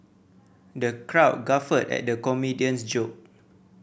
the crowd guffawed at the comedian's joke